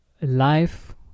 life